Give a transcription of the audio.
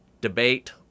debate